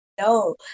no